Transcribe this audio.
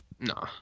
no